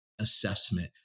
assessment